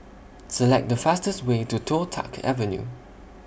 Select The fastest Way to Toh Tuck Avenue